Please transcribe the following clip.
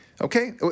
okay